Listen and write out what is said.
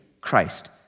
Christ